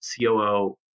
COO